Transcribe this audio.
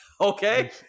Okay